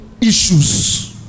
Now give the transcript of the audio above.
issues